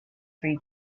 free